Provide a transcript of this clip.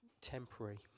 temporary